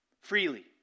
freely